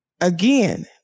again